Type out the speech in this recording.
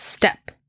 Step